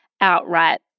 outright